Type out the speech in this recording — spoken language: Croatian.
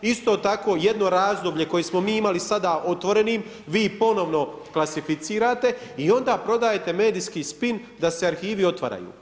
Isto tako jedno razdoblje koje smo mi imali sada otvorenim, vi ponovno klasificirate i onda prodajete medijski spin da se arhivi otvaraju.